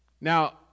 now